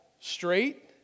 straight